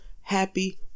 happy